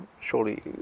surely